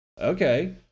Okay